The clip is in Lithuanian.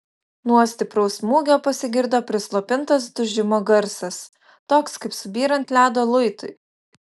nuo stipraus smūgio pasigirdo prislopintas dužimo garsas toks kaip subyrant ledo luitui